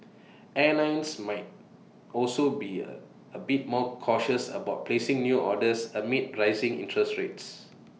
airlines might also be A a bit more cautious about placing new orders amid rising interest rates